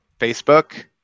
Facebook